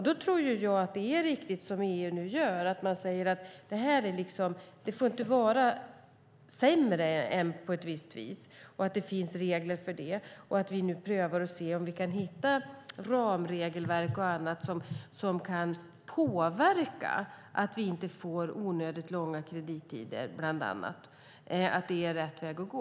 Då tror jag att det är riktigt som EU nu gör, det vill säga att man säger att det här inte får vara sämre än på ett visst vis och att det finns regler för det. Nu ska vi pröva och se om vi kan hitta ramregelverk och annat som kan påverka bland annat att vi inte får onödigt långa kredittider och att det är rätt väg att gå.